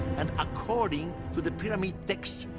and according to the pyramid texts,